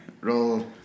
Roll